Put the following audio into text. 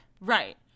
Right